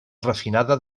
refinada